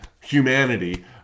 humanity